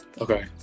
Okay